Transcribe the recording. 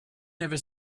never